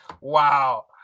Wow